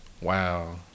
wow